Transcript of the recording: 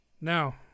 Now